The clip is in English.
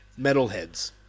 metalheads